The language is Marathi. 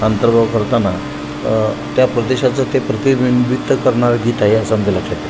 हा अंतर्भाव करताना त्या प्रदेशाचं ते प्रतिबिंबित करणारं गीत आहे असं आमच्या लक्षात येतं